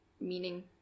meaning